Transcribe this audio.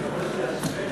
(תיקון